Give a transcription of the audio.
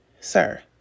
sir